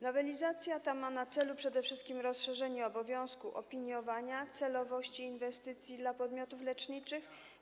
Nowelizacja ta ma na celu przede wszystkim rozszerzenie obowiązku opiniowania celowości inwestycji dla podmiotów leczniczych.